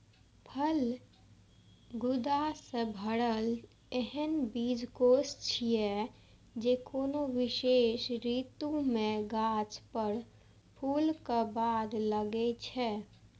फल गूदा सं भरल एहन बीजकोष छियै, जे कोनो विशेष ऋतु मे गाछ पर फूलक बाद लागै छै